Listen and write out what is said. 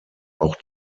auch